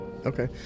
Okay